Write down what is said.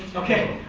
okay.